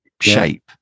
shape